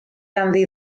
ganddi